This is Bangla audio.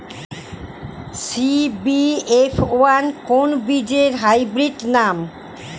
সি.বি.এফ ওয়ান কোন বীজের হাইব্রিড নাম?